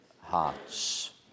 hearts